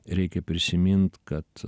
reikia prisimint kad